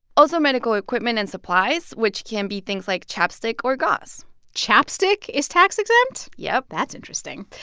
also medical equipment and supplies, which can be things like chapstick or gauze chapstick is tax-exempt? yup that's interesting.